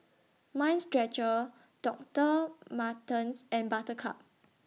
Mind Stretcher Doctor Martens and Buttercup